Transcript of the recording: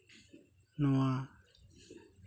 ᱱᱚᱣᱟ